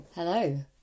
Hello